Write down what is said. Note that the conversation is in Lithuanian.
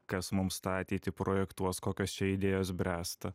kas mums tą ateitį projektuos kokios čia idėjos bręsta